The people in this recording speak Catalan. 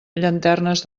llanternes